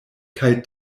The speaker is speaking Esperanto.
kaj